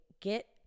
Get